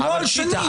ונוהל שני,